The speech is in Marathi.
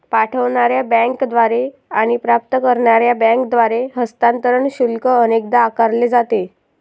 पाठवणार्या बँकेद्वारे आणि प्राप्त करणार्या बँकेद्वारे हस्तांतरण शुल्क अनेकदा आकारले जाते